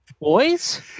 Boys